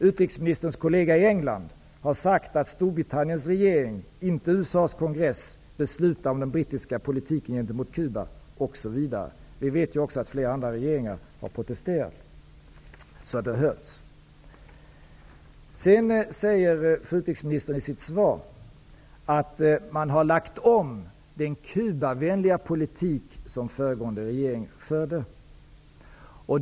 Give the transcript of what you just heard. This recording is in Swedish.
Utrikesministerns kollega i England har sagt att Storbritanniens regering, inte USA:s kongress, beslutar om den brittiska politiken gentemot Cuba osv. Vi vet ju också att flera andra regeringar har protesterat så att det har hörts. Utrikesministern säger i sitt svar att man har lagt om den Cubavänliga politik som föregående regering förde.